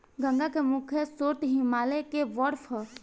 गंगा के मुख्य स्रोत हिमालय के बर्फ ह